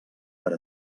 per